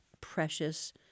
precious